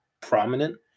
prominent